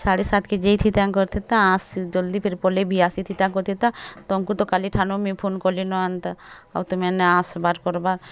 ସାଢ଼େ ସାତ୍ କେ ଯେଇଥିତା କରିଥିତା ଆସ ଜଲଦି ଫିର୍ ପଲେଇ ବି ଆସିଥିତା କରିଥିତା ତମକୁ ତ କାଲିଠାନୁ ମୁଇଁ ଫୋନ୍ କଲିନ ଏନ୍ତା ଆଉ ତମେ ନାଇଁ ଆସବାର୍ କରବାର୍